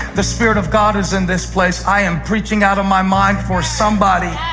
the spirit of god is in this place. i am preaching out of my mind for somebody